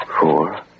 Four